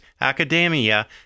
academia